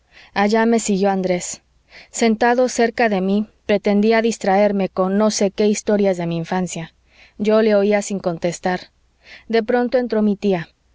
allá me siguió andrés sentado cerca de mi pretendía distraerme con no sé qué historias de mi infancia yo le oía sin contestar de pronto entró mi tía